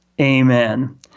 Amen